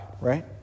right